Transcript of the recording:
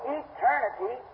eternity